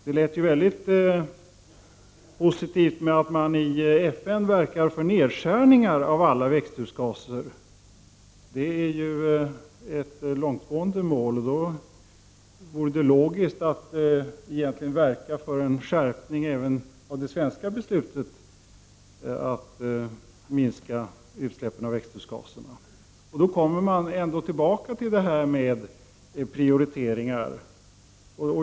Det lät väldigt positivt att man i FN verkar för nedskärningar av alla växthusgaser. Det är ett långtgående mål. Då vore det logiskt att verka för en skärpning även av det svenska beslutet att minska utsläppen av växthusgaser. Då kommer man tillbaka till detta med prioriteringar.